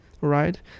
right